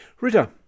Rita